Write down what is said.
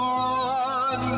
on